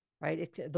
right